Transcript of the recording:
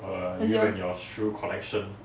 as your